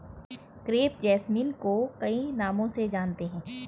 crepe jasmine को कई नामों से जानते हैं